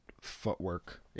footwork